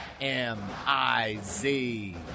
M-I-Z